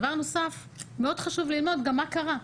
דבר נוסף: מאוד חשוב ללמוד גם מה קרה.